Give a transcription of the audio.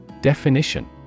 Definition